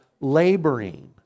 laboring